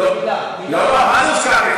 מילה, לא, מה זה "נזכרתי"?